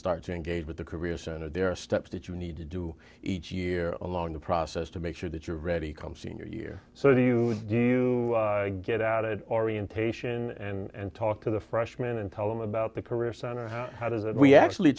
start to engage with the career center there are steps that you need to do each year along the process to make sure that you're ready come senior year so if you do get out it orientation and talk to the freshman and tell them about the career center how how does it we actually